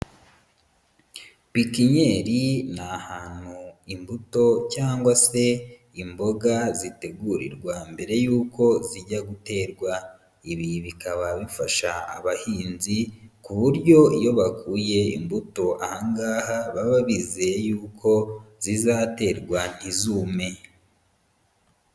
Pikinyeri ni ahantu imbuto cyangwa se imboga zitegurirwa mbere y'uko zijya guterwa, ibi bikaba bifasha abahinzi ku buryo iyo bakuye imbuto aha ngaha baba bizeye yuko zizaterwa ntizume.